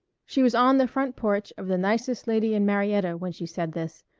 she was on the front porch of the nicest lady in marietta when she said this,